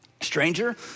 stranger